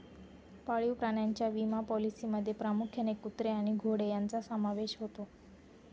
पाळीव प्राण्यांच्या विमा पॉलिसींमध्ये प्रामुख्याने कुत्रे आणि घोडे यांचा समावेश होतो